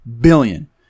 billion